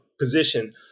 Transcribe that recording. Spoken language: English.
position